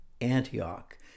Antioch